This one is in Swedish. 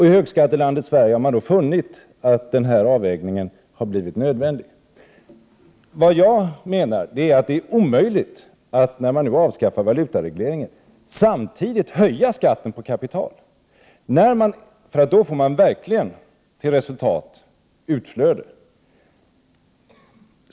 I högskattelandet Sverige har man då funnit att denna avvägning har blivit nödvändig. När man nu avskaffar valutaregleringen blir det omöjligt att samtidigt höja skatten på kapital. I så fall får man verkligen ett utflöde till resultat.